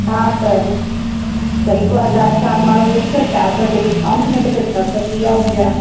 हा त हिक त हिक हज़ार चारि माण्हूनि जो थियो चारि सौ जो डिस्काउंट मिले थो छह सौ थी विया मुंहिंजा